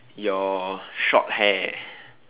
your short hair